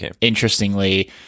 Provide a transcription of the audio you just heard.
interestingly